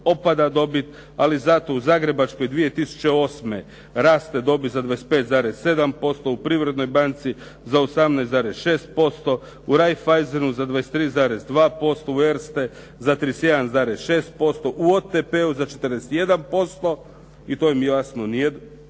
opada dobit, ali zato u Zagrebačkoj 2008. raste dobit za 25,7%, u Privrednoj banci za 18,6%, u Raiffeisenu za 23,2%, u Erste za 31,6%, u OTP-u za 41% i to im jasno nije